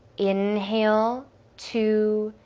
inhale two,